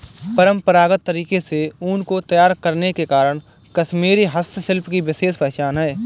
परम्परागत तरीके से ऊन को तैयार करने के कारण कश्मीरी हस्तशिल्प की विशेष पहचान है